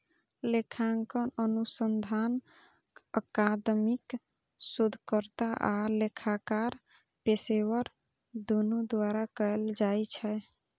लेखांकन अनुसंधान अकादमिक शोधकर्ता आ लेखाकार पेशेवर, दुनू द्वारा कैल जाइ छै